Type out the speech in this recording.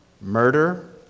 murder